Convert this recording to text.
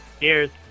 Cheers